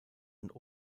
und